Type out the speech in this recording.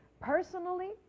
personally